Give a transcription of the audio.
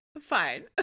Fine